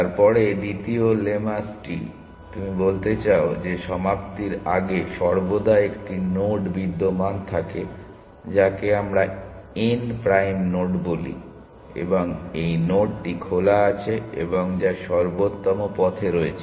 তারপরে দ্বিতীয় লেমাসটি তুমি বলতে চাও যে সমাপ্তির আগে সর্বদা একটি নোড বিদ্যমান থাকে যাকে আমরা n প্রাইম নোড বলি এবং এই নোডটি খোলা আছে এবং যা সর্বোত্তম পথে রয়েছে